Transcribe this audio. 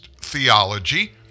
theology